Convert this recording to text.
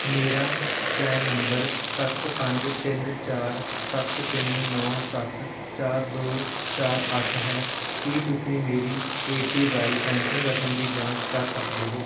ਮੇਰਾ PRAN number ਸੱਤ ਪੰਜ ਤਿੰਨ ਚਾਰ ਸੱਤ ਤਿੰਨ ਨੌ ਸੱਤ ਚਾਰ ਦੋ ਚਾਰ ਅੱਠ ਹੈ ਕੀ ਤੁਸੀਂ ਮੇਰੀ ਏ ਪੀ ਵਾਈ ਪੈਨਸ਼ਨ ਰਕਮ ਦੀ ਜਾਂਚ ਕਰ ਸਕਦੇ ਹੋ